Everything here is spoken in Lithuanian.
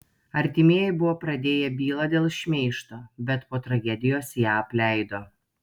artimieji buvo pradėję bylą dėl šmeižto bet po tragedijos ją apleido